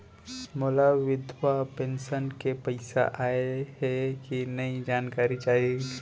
मोला विधवा पेंशन के पइसा आय हे कि नई जानकारी चाही?